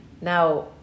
Now